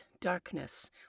darkness